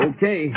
Okay